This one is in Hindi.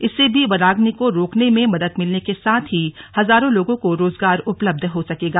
इससे भी वनाग्नि को रोकने में मदद मिलने के साथ ही हजारों लोगों को रोजगार उपलब्ध हो सकेगा